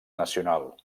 nacional